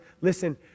listen